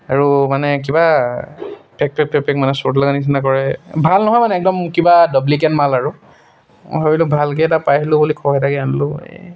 আৰু মানে কিবা পেক পেক পেক পেক মানে শ্বৰ্ট লাগা নিচিনা কৰে ভাল নহয় মানে একদম কিবা ডুপ্লিকেট মাল আৰু ভাবিলো ভালকৈ এটা পাই আহিলো বুলি আনিলো